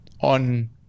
on